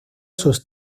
sus